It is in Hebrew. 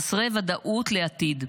חסרי ודאות לעתיד.